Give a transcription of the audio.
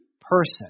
person